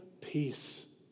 peace